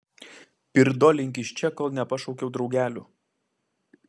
pirdolink iš čia kol nepašaukiau draugelių